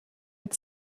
had